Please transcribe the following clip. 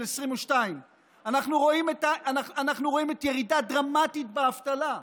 2022. אנחנו רואים ירידה דרמטית באבטלה,